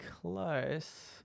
close